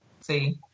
See